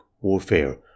warfare